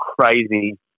crazy